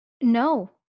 No